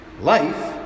Life